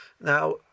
Now